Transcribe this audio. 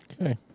Okay